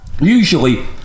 usually